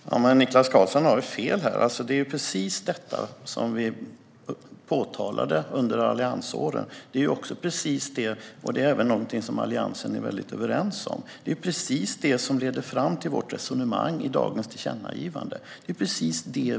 Herr talman! Niklas Karlsson har fel här. Det var precis detta som vi påtalade under alliansåren, och det är något som Alliansen är helt överens om. Det är precis det som lett fram till vårt resonemang i dagens tillkännagivande.